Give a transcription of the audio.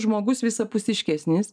žmogus visapusiškesnis